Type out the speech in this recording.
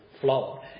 flow